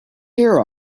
hair